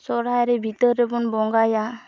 ᱥᱚᱦᱚᱨᱟᱭᱨᱮ ᱵᱷᱤᱛᱟᱹᱨ ᱨᱮᱵᱚᱱ ᱵᱚᱸᱜᱟᱭᱟ